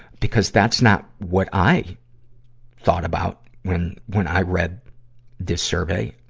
because that's not what i thought about when, when i read this survey.